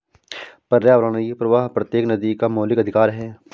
पर्यावरणीय प्रवाह प्रत्येक नदी का मौलिक अधिकार है